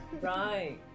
Right